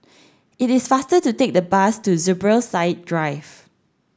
it is faster to take the bus to Zubir Said Drive